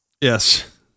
Yes